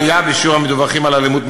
עלייה בשיעור המדווחים על אלימות מילולית,